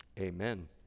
Amen